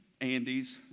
Andes